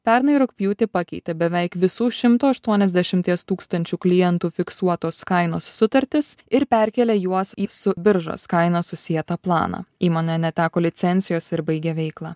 pernai rugpjūtį pakeitė beveik visų šimto aštuoniasdešimties tūkstančių klientų fiksuotos kainos sutartis ir perkėlė juos į su biržos kaina susietą planą įmonė neteko licencijos ir baigia veiklą